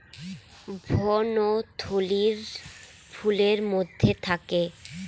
ভ্রূণথলি ফুলের মধ্যে থাকে